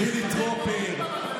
חילי טרופר,